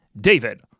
David